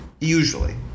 usually